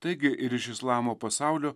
taigi ir iš islamo pasaulio